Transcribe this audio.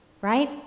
Right